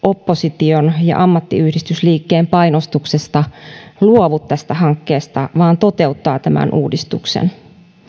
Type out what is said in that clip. opposition ja ammattiyhdistysliikkeen painostuksesta luovu tästä hankkeesta vaan toteuttaa tämän uudistuksen